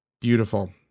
Beautiful